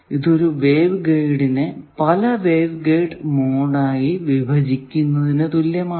ഇത് ഒരു വേവ് ഗൈഡിനെ പല വേവ് ഗൈഡ് മോഡായി വിഭജിക്കുന്നതിനു തുല്യമാണ്